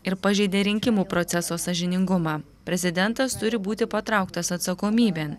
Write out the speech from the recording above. ir pažeidė rinkimų proceso sąžiningumą prezidentas turi būti patrauktas atsakomybėn